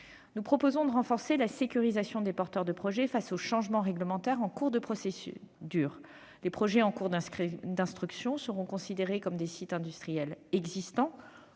Nous proposons de renforcer la sécurisation des porteurs de projet face aux changements réglementaires en cours de procédure. Les projets en cours d'instruction seront considérés comme des sites industriels existants,